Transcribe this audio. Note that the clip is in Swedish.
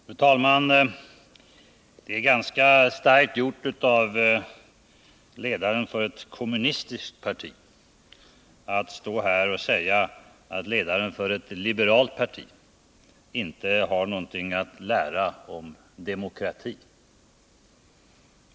Fru talman! Det är ganska starkt när ledaren för ett kommunistiskt parti säger att ledaren för ett liberalt parti inte har något att lära honom om demokrati.